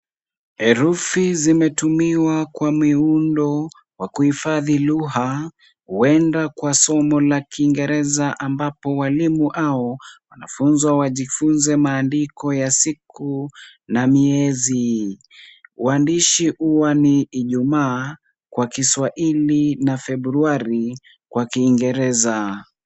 Herufi zimetumiwa kwa miundo wa kuhifadhi lugha huenda kwa somo la kiingereza ambapo walimu hao wanafunzwa wajifunze maandiko ya siku na miezi. Uandishi huwa ni ijumaa kwa kiswahili na Februali kwa kiingereza.